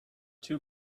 two